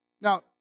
Now